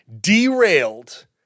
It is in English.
derailed